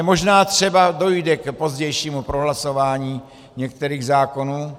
Možná třeba dojde k pozdějšímu prohlasování některých zákonů.